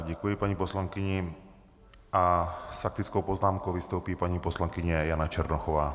Děkuji paní poslankyni a s faktickou poznámkou vystoupí paní poslankyně Jana Černochová.